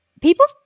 people